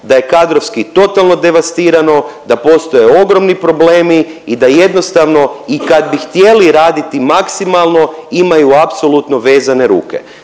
da je kadrovski totalno devastirano, da postoje ogromni problemi i da jednostavno i kad bi htjeli raditi maksimalno imaju apsolutno vezane ruke.